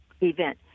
event